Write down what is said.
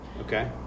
okay